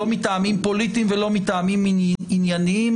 לא מטעמים פוליטיים ולא מטעמים ענייניים,